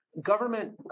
Government –